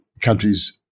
countries